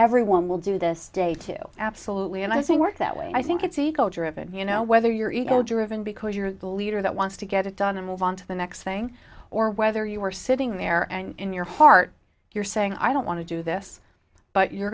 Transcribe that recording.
everyone will do this day to absolutely and i think work that way i think it's a goal driven you know whether you're ego driven because you're leader that wants to get it done and move on to the next thing or whether you were sitting there and in your heart you're saying i don't want to do this but you're